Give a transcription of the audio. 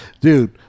Dude